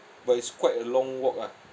but it's quite a long walk ah